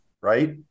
right